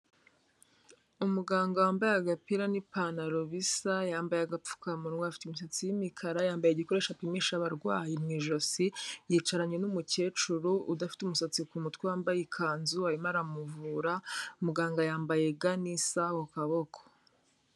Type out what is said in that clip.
Umuganga wambaye agapira n'ipantaro bisa, yambaye agapfukamunwa, afite imisatsi y'imikara, yambaye igikoresho apimisha abarwayi mu ijosi, yicaranye n'umukecuru udafite umusatsi ku mutwe wambaye ikanzu arimo aramuvura, muganga yambaye ga n'isaha ku kaboko.